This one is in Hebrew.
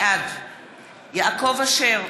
בעד יעקב אשר,